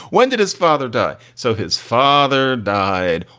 when did his father die? so his father died.